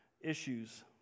issues